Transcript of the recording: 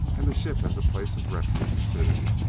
and the ship as a place of refuge, too,